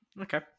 Okay